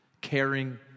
caring